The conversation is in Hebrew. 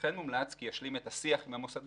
וכן מומלץ כי הוא ישלים את השיח עם המוסדות